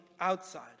outside